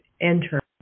enter